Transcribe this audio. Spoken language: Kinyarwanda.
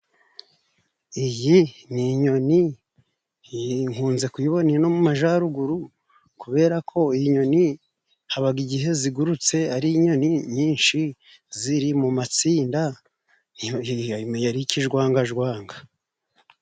Iyi ni inyoni nkunze kuyibone ino mu majaruguru kubera ko iyi nyoni habaga igihe zigurutse ari inyoni nyinshi ziri mu matsinda menya ari ikijwangajwanga.